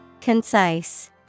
Concise